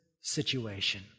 situation